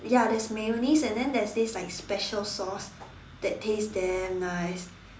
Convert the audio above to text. ya there's mayonnaise and then there's this like special sauce that taste damn nice